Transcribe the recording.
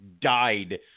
died